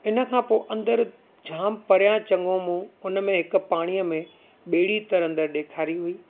इनखां पोइ अंदरि जामु परियां चङो मूं हुन में हिकु पाणीअ में ॿेड़ी तरंदड़ ॾेखारी हुई